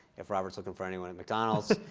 if robert's looking for anyone at mcdonald's